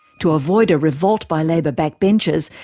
to avoid a revolt by labour backbenchers,